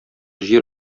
җир